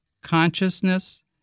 consciousness